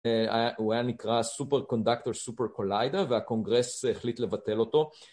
הוא היה נקרא סופרקונדקטור סופרקוליידר והקונגרס החליט לבטל אותו